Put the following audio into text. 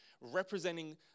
representing